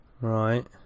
Right